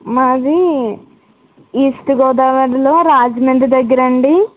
మాది ఈస్ట్ గోదావరిలో రాజమండ్రి దగ్గర అండీ